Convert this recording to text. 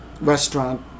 restaurant